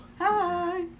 Hi